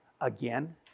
again